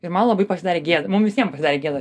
ir man labai pasidarė gėda mum visiem pasidarė gėda